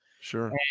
Sure